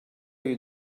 you